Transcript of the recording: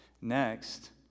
Next